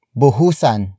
buhusan